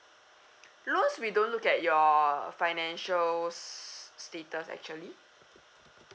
loans we don't look at your financial's status actually